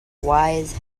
wise